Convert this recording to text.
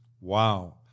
Wow